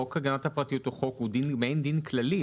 חוק הגנת הפרטיות הוא מעין דין כללי.